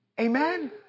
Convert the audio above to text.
Amen